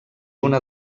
una